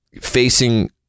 facing